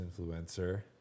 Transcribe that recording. influencer